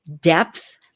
depth